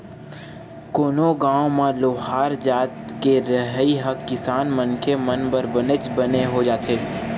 कोनो गाँव म लोहार जात के रहई ह किसान मनखे मन बर बनेच बने हो जाथे